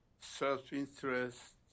Self-interest